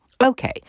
Okay